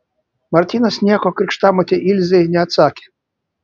martynas nieko krikštamotei ilzei neatsakė